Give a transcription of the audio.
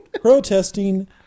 protesting